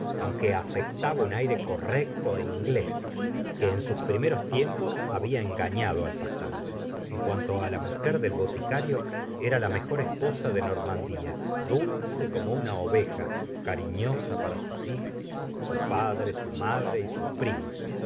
aunque afectaba un aire correcto é inglés que en sus primeros tiempos había engañado al pasante en cuanto á la mujer del boticario era la mejor esposa de normandía dulce como una oveja cariñosa para su hijos su padre su madre y sus primos